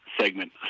segment